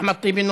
אחמד טיבי,